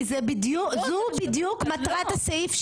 כי זו בדיוק מטרת הסעיף,